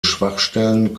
schwachstellen